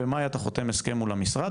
במאי אתה חותם הסכם מול המשרד,